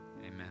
amen